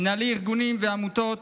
מנהלי ארגונים ועמותות,